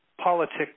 politics